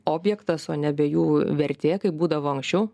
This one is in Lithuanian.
objektas o nebe jų vertė kaip būdavo anksčiau